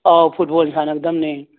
ꯑꯧ ꯐꯨꯠꯕꯣꯜ ꯁꯥꯟꯅꯒꯗꯕꯅꯦ